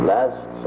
Last